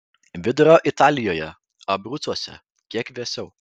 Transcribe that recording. vidurio italijoje abrucuose kiek vėsiau